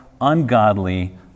ungodly